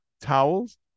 towels